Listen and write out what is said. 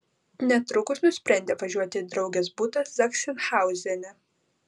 netrukus nusprendė važiuoti į draugės butą zachsenhauzene